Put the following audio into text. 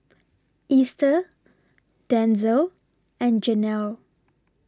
Easter Denzel and Jenelle